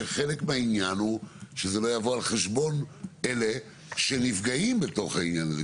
שחלק מהעניין הוא שזה לא יבוא על חשבון אלה שנפגעים בתוך העניין הזה.